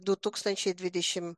du tūkstančiai dvidešimt